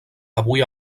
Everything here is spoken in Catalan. avui